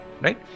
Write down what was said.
right